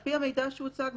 על פי המידע שהוצג,